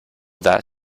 that